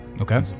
Okay